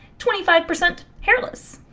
twenty five percent hairless.